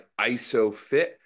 ISOFIT